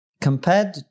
Compared